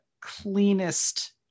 cleanest